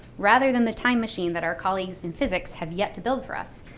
rather than the time machine that our colleagues in physics have yet to build for us,